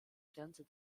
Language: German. grenze